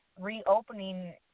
reopening